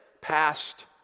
past